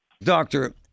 Doctor